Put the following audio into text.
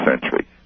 century